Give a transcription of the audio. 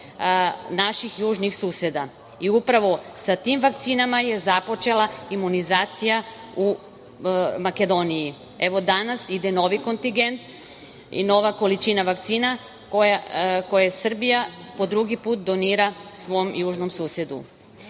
naših južnih suseda. Upravo sa tim vakcinama je započela imunizacija u Makedoniji. Danas ide novi kontigent i nova količina vakcina, koje Srbija po drugi put donira svom južnom susedu. Kako